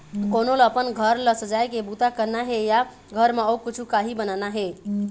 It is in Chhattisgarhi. कोनो ल अपन घर ल सजाए के बूता करना हे या घर म अउ कछु काही बनाना हे